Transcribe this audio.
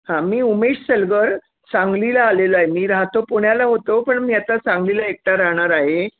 हां मी उमेश सलगर सांगलीला आलेलो आहे मी राहतो पुण्याला होतो पण मी आता सांगलीला एकटा राहणार आहे